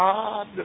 God